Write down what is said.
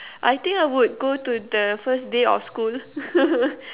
I think I would go to the first day of school